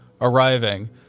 arriving